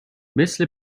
مثل